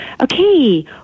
okay